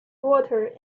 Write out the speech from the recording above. water